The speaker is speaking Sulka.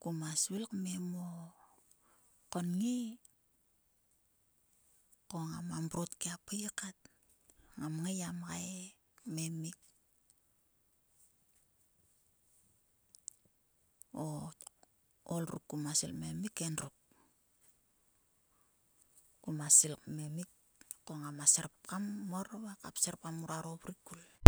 kuma svil o kange ko ngama mrot kia pui kat ngam ngai gia mgai kemki. O ol ruk kuma svil kmemki enruk koma svil kmemik ko ngama serpgam morva kserpgamnguaro vurkul.